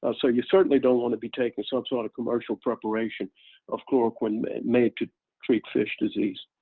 ah so you certainly don't want to be taking some sort of commercial preparation of chloroquine made made to treat fish disease.